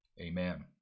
Amen